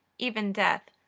even death,